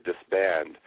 disband